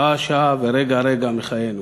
שעה-שעה ורגע-רגע מחיינו.